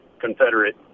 Confederate